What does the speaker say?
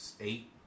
eight